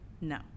No